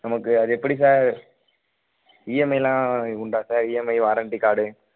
நமக்கு அது எப்படி சார் இஎம்ஐ எல்லாம் உண்டா சார் இஎம்ஐ வாரண்டி கார்டு